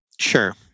Sure